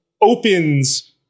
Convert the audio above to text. opens